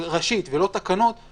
לבדוק את השיקולים,